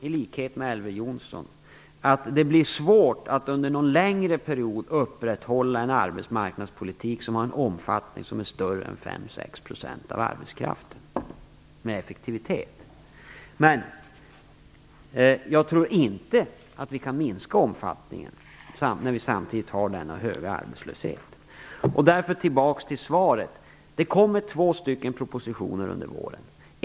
I likhet med Elver Jonsson tror jag att det blir svårt att under någon längre period med effektivitet upprätthålla en arbetsmarknadspolitik som har en omfattning som är större än 5-6 % av arbetskraften. Men jag tror inte att vi kan minska omfattningen när vi samtidigt har denna höga arbetslöshet. Därför vill jag komma tillbaka till svaret. Det kommer två propositioner under våren.